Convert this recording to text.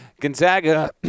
Gonzaga